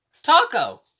Taco